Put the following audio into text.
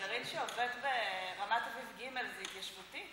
גרעין שעובד ברמת אביב ג' זה התיישבותי?